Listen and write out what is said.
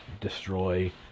destroy